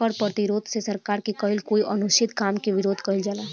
कर प्रतिरोध से सरकार के कईल कोई अनुचित काम के विरोध कईल जाला